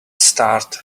start